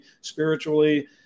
spiritually